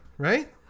Right